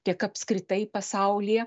tiek apskritai pasaulyje